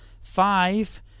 Five